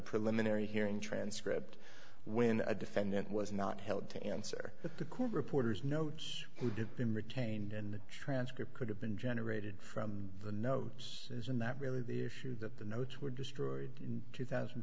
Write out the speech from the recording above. preliminary hearing transcript when a defendant was not held to answer but the court reporter's notes who did been retained in the transcript could have been generated from the notes isn't that really the issue that the notes were destroyed in two thousand